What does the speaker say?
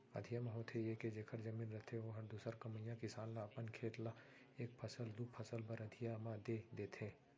अधिया म होथे ये के जेखर जमीन रथे ओहर दूसर कमइया किसान ल अपन खेत ल एक फसल, दू फसल बर अधिया म दे देथे